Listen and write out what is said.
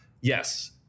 yes